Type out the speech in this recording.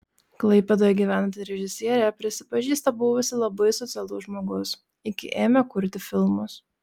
klaipėdoje gyvenanti režisierė prisipažįsta buvusi labai socialus žmogus iki ėmė kurti filmus